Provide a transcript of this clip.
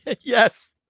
Yes